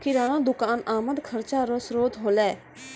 किराना दुकान आमद खर्चा रो श्रोत होलै